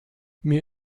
mir